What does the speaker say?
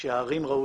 שערים ראו